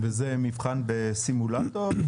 וזה מבחן בסימולטור?